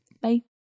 Bye